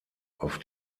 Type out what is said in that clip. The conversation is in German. auf